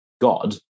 God